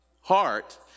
Heart